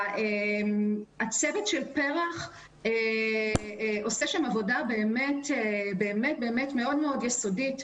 הצוות של פר"ח עושה עבודה מאוד יסודית.